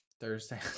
Thursday